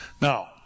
Now